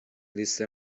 لیست